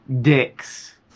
dicks